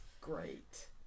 Great